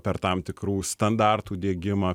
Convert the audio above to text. per tam tikrų standartų diegimą